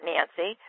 Nancy